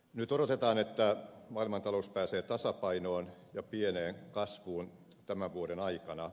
nyt odotetaan että maailmantalous pääsee tasapainoon ja pieneen kasvuun tämän vuoden aikana